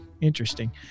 interesting